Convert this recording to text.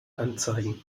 anzeigen